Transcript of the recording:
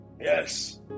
yes